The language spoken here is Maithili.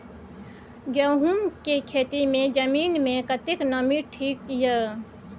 गहूम के खेती मे जमीन मे कतेक नमी ठीक ये?